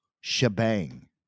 shebang